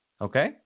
Okay